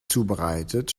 zubereitet